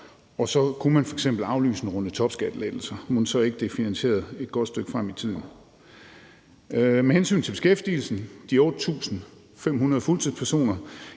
og så kunne man f.eks. aflyse en runde topskattelettelser. Mon ikke det så var finansieret et godt stykke frem i tiden. Med hensyn til beskæftigelsen og de 8.500 fuldtidspersoner